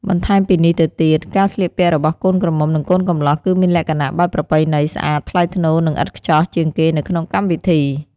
បន្ថែមពីនេះទៅទៀត ការស្លៀកពាក់របស់កូនក្រមុំនិងកូនកំលោះគឺមានលក្ខណះបែបប្រពៃណីស្អាត ថ្លៃថ្នូរ និងឥតខ្ចោះជាងគេនៅក្នុងកម្មវិធី។